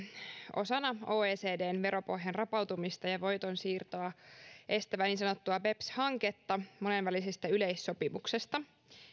osana oecdn veropohjan rapautumista ja ja voitonsiirtoa estävää niin sanottua beps hanketta monenvälisestä yleissopimuksesta